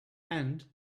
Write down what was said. and